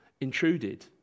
intruded